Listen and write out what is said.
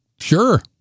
sure